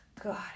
God